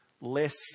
less